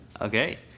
Okay